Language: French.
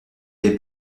les